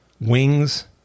Wings